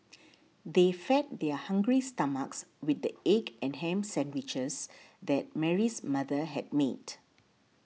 they fed their hungry stomachs with the egg and ham sandwiches that Mary's mother had made